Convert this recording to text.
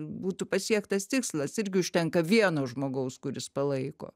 būtų pasiektas tikslas irgi užtenka vieno žmogaus kuris palaiko